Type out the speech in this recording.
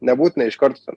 nebūtina iš karto